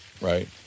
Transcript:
right